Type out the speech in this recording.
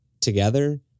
together